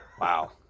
Wow